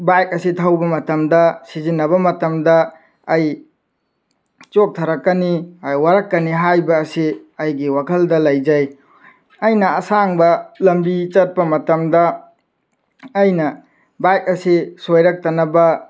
bike ꯑꯁꯤ ꯊꯧꯕ ꯃꯇꯝꯗ ꯁꯤꯖꯤꯟꯅꯕ ꯃꯇꯝꯗ ꯑꯩ ꯆꯣꯛꯊꯔꯛꯀꯅꯤ ꯋꯥꯔꯛꯀꯅꯤ ꯍꯥꯏꯕ ꯑꯁꯤ ꯑꯩꯒꯤ ꯋꯥꯈꯜꯗ ꯂꯩꯖꯩ ꯑꯩꯅ ꯑꯁꯥꯡꯕ ꯂꯝꯕꯤ ꯆꯠꯄ ꯃꯇꯝꯗ ꯑꯩꯅ ꯕꯥꯏꯛ ꯑꯁꯤ ꯁꯣꯏꯔꯛꯇꯅꯕ